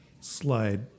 slide